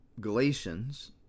Galatians